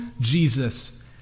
Jesus